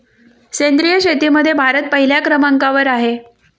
सेंद्रिय शेतीमध्ये भारत पहिल्या क्रमांकावर आहे